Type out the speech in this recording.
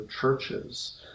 churches